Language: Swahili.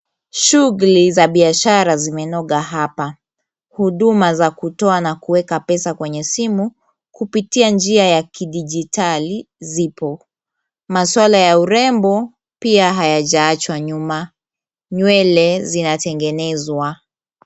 Shughuli za biashara zimenoga hapa, huduma za kutoa na kuweka pesa kwenye simu kupitia njia ya kidigitali zipo, maswala ya urembo pia hayajaachwa nyuma nywele zinatengenezwa.